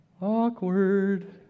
awkward